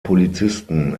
polizisten